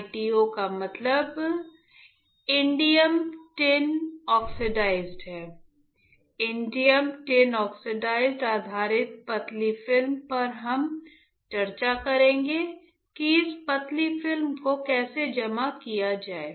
ITO का मतलब indium tin oxide है इंडियम टिन ऑक्साइड आधारित पतली फिल्म पर हम चर्चा करेंगे कि इस पतली फिल्म को कैसे जमा किया जाए